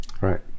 Right